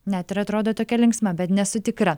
net ir atrodo tokia linksma bet nesu tikra